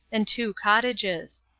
and two cottages.